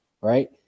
right